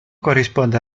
corrisponde